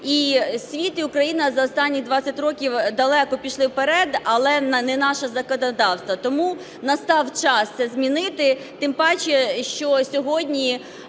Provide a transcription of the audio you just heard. І світ, і Україна за останні 20 років далеко пішли вперед, але не наше законодавство. Тому настав час це змінити. Тим паче, що сьогодні